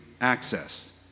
access